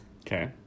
Okay